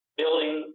building